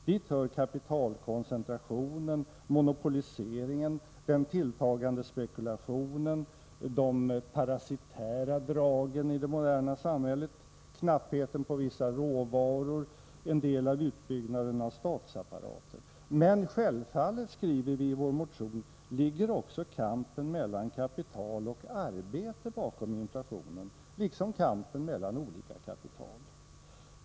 Dit hör kapitalkoncentrationen, monopoliseringen, den tilltagande spekulationen, de parasitära dragen i det moderna samhället, knappheten på vissa råvaror, en del av utbyggnaden av statsapparaten. Men självfallet, skriver vi i vår motion, ligger också kampen mellan kapital och arbete bakom inflationen liksom kampen mellan olika kapital.